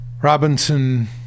Robinson